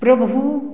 प्रभु